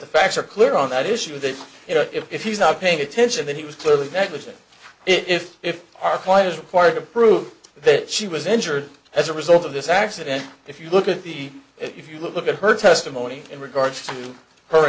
e facts are clear on that issue that you know if he's not paying attention that he was clearly negligent if if are quite as required to prove that she was injured as a result of this accident if you look at the if you look at her testimony in regards to her